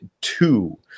two